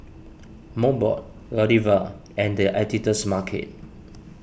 Mobot Godiva and the Editor's Market